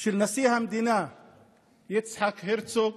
של נשיא המדינה יצחק הרצוג,